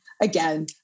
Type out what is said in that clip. again